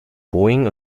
boeing